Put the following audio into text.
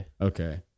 Okay